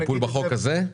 זה בטיפול בחוק הזה?